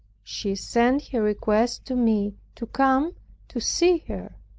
she sent her request to me to come to see her.